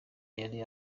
yari